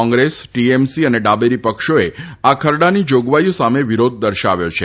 કોંગ્રેસ ટીએમસી અને ડાબેરી પક્ષોએ આ ખરડાની જોગવાઇઓ સામે વિરોધ દર્શાવ્યો છે